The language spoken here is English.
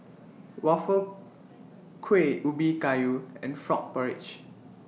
Waffle Kuih Ubi Kayu and Frog Porridge